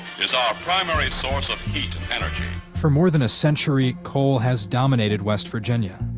is our primary source of heat and energy. for more than a century, coal has dominated west virginia.